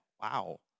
Wow